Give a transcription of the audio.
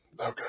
Okay